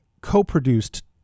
co-produced